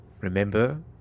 Remember